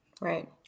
right